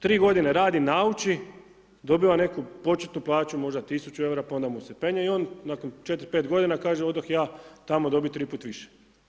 Tri godine radi, nauči, dobiva neku početnu plaću, možda 1000 eura pa onda su mu se penje i on nakon 4-5 godina kaže odoh ja tamo dobit 3 puta više.